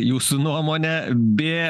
jūsų nuomone bė